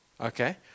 Okay